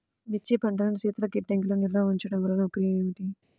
మిర్చి పంటను శీతల గిడ్డంగిలో నిల్వ ఉంచటం వలన ఉపయోగం ఏమిటి?